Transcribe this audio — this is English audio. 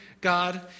God